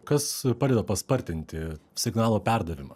kas padeda paspartinti signalo perdavimą